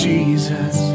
Jesus